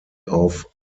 auf